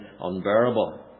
unbearable